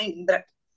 Indra